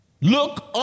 Look